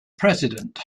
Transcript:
president